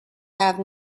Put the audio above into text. have